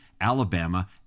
Alabama